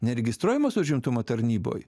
neregistruojamos užimtumo tarnyboj